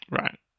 Right